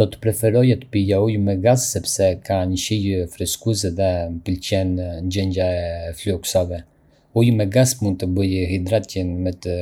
Do të preferoja të pija ujë me gaz sepse ka një shije freskuese dhe më pëlqen ndjenja e flluskave. Uji me gaz mund ta bëjë hidratajen më të